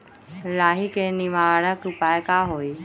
लाही के निवारक उपाय का होई?